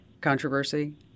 controversy